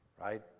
right